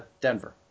Denver